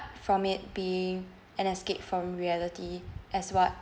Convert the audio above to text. from it being an escape from reality as what